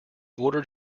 order